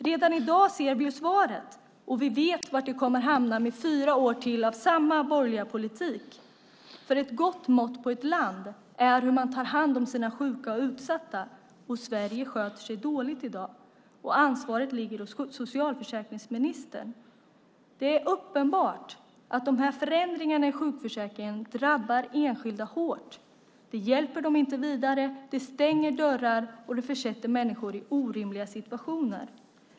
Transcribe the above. Redan i dag ser vi svaret, och vi vet var det kommer att hamna med fyra år till med samma borgerliga politik. Ett gott mått på ett land är hur man tar hand om sina sjuka och utsatta. Och Sverige sköter sig dåligt i dag. Ansvaret ligger hos socialförsäkringsministern. Det är uppenbart att dessa förändringar i sjukförsäkringen drabbar enskilda hårt. Det hjälper dem inte vidare. Det stänger dörrar, och det försätter människor i orimliga situationer.